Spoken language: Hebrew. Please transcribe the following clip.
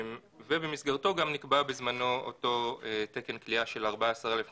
ובמסגרתו גם נקבע בזמנו אותו תקן כליאה של 14,000 מקומות.